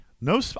No